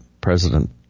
President